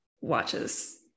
watches